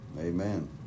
Amen